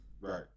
Right